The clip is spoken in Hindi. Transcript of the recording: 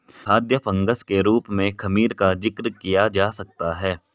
खाद्य फंगस के रूप में खमीर का जिक्र किया जा सकता है